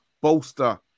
bolster